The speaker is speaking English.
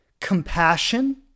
compassion